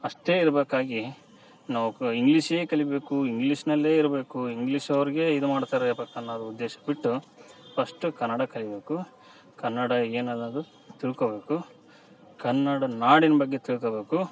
ಅಷ್ಟೇ ಇರಬೇಕಾಗಿ ನಾವು ಕ ಇಂಗ್ಲೀಷೇ ಕಲಿಬೇಕು ಇಂಗ್ಲೀಷ್ನಲ್ಲೇ ಇರಬೇಕು ಇಂಗ್ಲೀಷ್ ಅವ್ರಿಗೆ ಇದು ಮಾಡ್ತಾರೆ ಅನ್ನೋದು ಉದ್ದೇಶ ಬಿಟ್ಟು ಫಸ್ಟ್ ಕನ್ನಡ ಕಲೀಬೇಕು ಕನ್ನಡ ಏನು ಅನ್ನೋದು ತಿಳ್ಕೊಬೇಕು ಕನ್ನಡ ನಾಡಿನ ಬಗ್ಗೆ ತಿಳ್ಕೋಬೇಕು